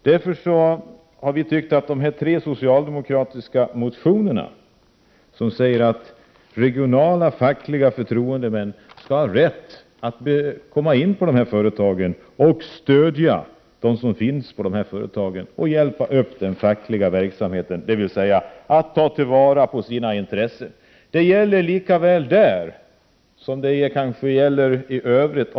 Vi instämmer i de tre socialdemokratiska motionerna, som säger att regionala fackliga förtroendemän skall ha rätt att komma in på dessa företag och stödja och hjälpa upp den fackliga verksamheten, dvs. hjälpa den enskilde att ta till vara sina intressen.